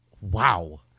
Wow